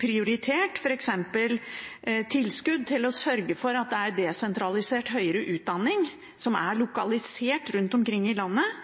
prioritert f.eks. tilskudd til å sørge for at det er desentralisert høyere utdanning som er lokalisert rundt omkring i landet,